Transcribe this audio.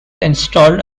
installed